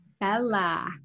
Bella